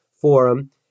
forum